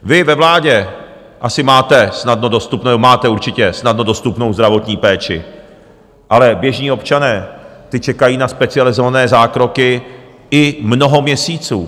Vy ve vládě asi máte snadno dostupné nebo máte určitě snadno dostupnou zdravotní péči, ale běžní občané, ti čekají na specializované zákroky i mnoho měsíců.